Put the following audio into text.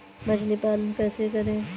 मछली पालन कैसे करें?